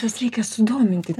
juos reikia sudominti